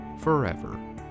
forever